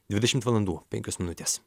dvidešimt valandų penkios minutės